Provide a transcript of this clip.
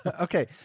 Okay